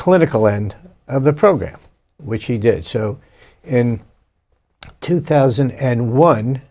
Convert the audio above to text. clinical end of the program which he did so in two thousand and one